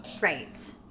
Right